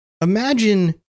Imagine